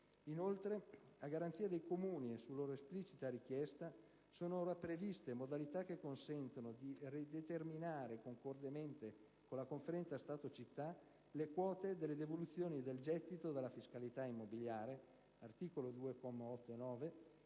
A garanzia dei Comuni, poi, e su loro esplicita richiesta, sono ora previste modalità che consentono di rideterminare concordemente con la Conferenza Stato-Città le quote delle devoluzioni del gettito della fiscalità immobiliare (articolo 2,